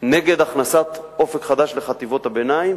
נגד הכנסת "אופק חדש" לחטיבות הביניים,